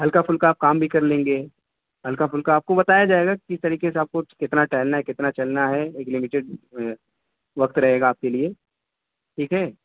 ہلکا پھلکا آپ کام بھی کر لیں گے ہلکا پھلکا آپ کو بتایا جائے گا کس طریقے سے آپ کو کتنا ٹہلنا ہے کتنا چلنا ہے ایک لیمیٹیڈ وقت رہے گا آپ کے لیے ٹھیک ہے